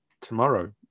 tomorrow